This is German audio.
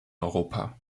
europa